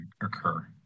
occur